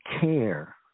care